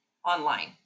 online